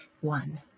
one